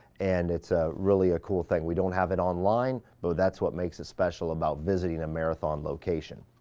and, it's ah really a cool thing. we don't have it online, but that's what makes it special about visiting a marathon location.